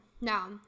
Now